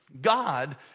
God